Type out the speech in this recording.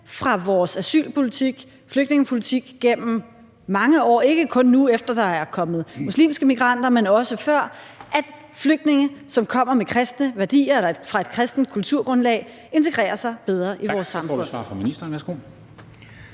fra vores asylpolitik og flygtningepolitik gennem mange år – ikke kun nu, efter der er kommet muslimske migranter, men også før – at flygtninge, som kommer med kristne værdier eller fra et kristent kulturgrundlag, integrerer sig bedre i vores samfund.